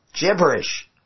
gibberish